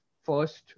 first